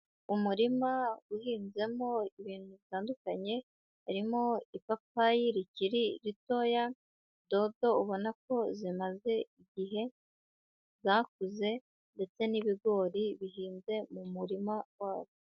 Umurima uhinzemo ibintu bitandukanye, harimo ipapayi rikiri ritoya, dodo ubona ko zimaze igihe zakuze, ndetse n'ibigori bihinze mu murima wabo.